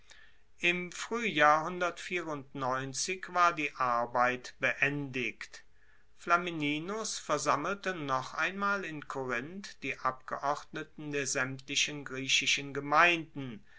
im fruehjahr war die arbeit beendigt flamininus versammelte noch einmal in korinth die abgeordneten der saemtlichen griechischen gemeinden